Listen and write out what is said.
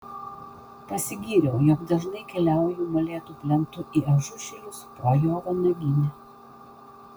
pasigyriau jog dažnai keliauju molėtų plentu į ažušilius pro jo vanaginę